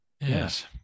Yes